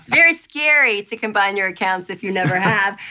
very scary to combine your accounts if you never have.